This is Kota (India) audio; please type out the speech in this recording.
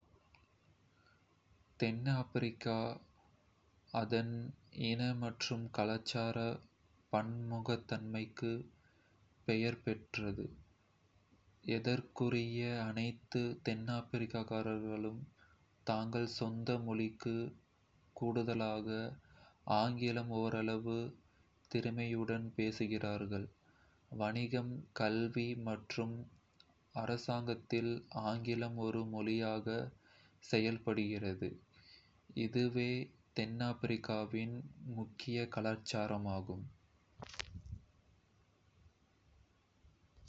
தென்னாப்பிரிக்கா அதன் இன மற்றும் கலாச்சார பன்முகத்தன்மைக்கு பெயர் பெற்றது. ஏறக்குறைய அனைத்து தென்னாப்பிரிக்கர்களும் தங்கள் சொந்த மொழிக்கு கூடுதலாக ஆங்கிலம் ஓரளவு திறமையுடன் பேசுகிறார்கள், வணிகம், கல்வி மற்றும் அரசாங்கத்தில் ஆங்கிலம் ஒரு மொழியாக செயல்படுகிறது.